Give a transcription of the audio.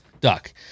duck